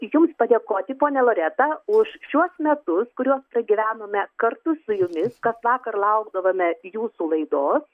jums padėkoti ponia loreta už šiuos metus kuriuos pragyvenome kartu su jumis kas vakar laukdavome jūsų laidos